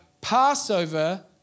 Passover